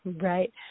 Right